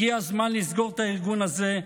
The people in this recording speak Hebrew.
הגיע הזמן לסגור את הארגון הזה,